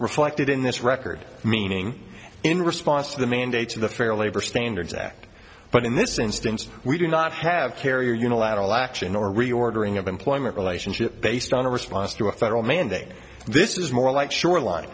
reflected in this record meaning in response to the mandates of the fair labor standards act but in this instance we do not have carrier unilateral action or reordering of employment relationship based on a response to a federal mandate this is more like shoreline